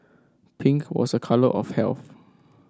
pink was a colour of health